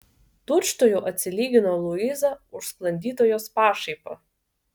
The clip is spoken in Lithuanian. tučtuojau atsilygino luiza už sklandytojos pašaipą